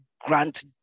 grant